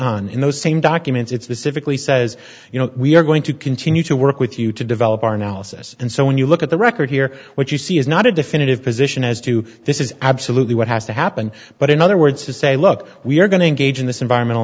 on in those same documents it's the civically says you know we're going to continue to work with you to develop our analysis and so when you look at the record here what you see is not a definitive position as to this is absolutely what has to happen but in other words to say look we're going to engage in this environmental